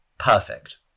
Perfect